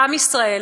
עם ישראל,